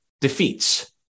defeats